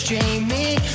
Jamie